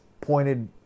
pointed